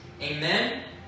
Amen